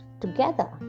together